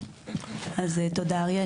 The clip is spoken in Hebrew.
תודה אריה,